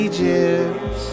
Egypt